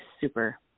super